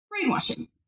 brainwashing